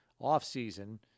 offseason